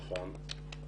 נכון.